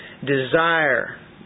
desire